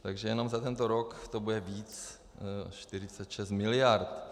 Takže jenom za tento rok to bude víc než 46 miliard.